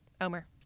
Omer